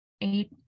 eight